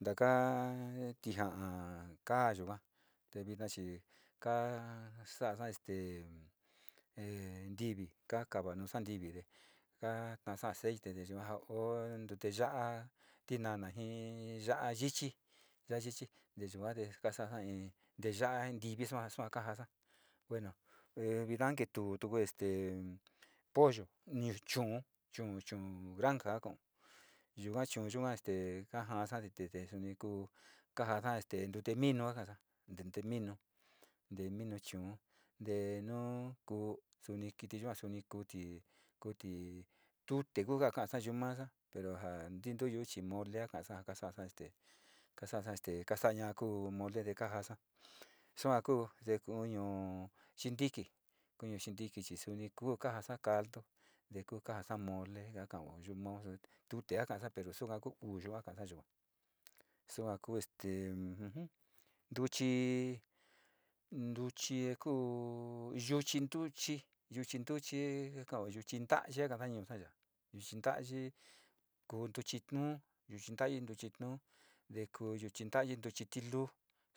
Ntako tija'a kaa yuka te vina chi kaa sa'ana este ntivi ka kanusa ntivi te ka kasa aceite te yuga o tute ya'a tinana ji ji ya'a yichi, ya'a yichi te yua te kasa'asa nteya'a ntivi sua, sua kajasa bueno, e vina ne keetuu keetuku este pollo, kuñu chuu chuugranja ka kao yuga chuu yuga este kajasa ti te suni kuu kajaasa este tute minu ka ka'asa nte minu teminu chuu te nuu kuu suni kiti yua suni kuu, kuuti tute kua kasa yu masa pero ja tintuyu chi mole ka'asa ja kasa'a este kasa'asa este te kasana ja ku molete kaajasa suaku te kuñu xintiki kuñu xintiki chi suni kuu ka saa caitu te jasa mole ka ja ka'ao yu mao tute ka kasa pero suka ku uu yua ka kasa yuga sua ku este ujum ntuchi ntuchi ja kuu yuchi ntuchi yuchi ntuchi ka kao taavi kakasa ñuusa ya'a yuchi nta'ayi kuu ntuchi tuu, yuchi taavi ntuchi tuu, te koo yuchi nta'ayi, ntuchi tiluu